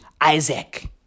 Isaac